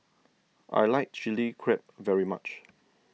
I like Chilli Crab very much